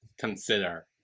consider